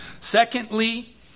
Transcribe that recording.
Secondly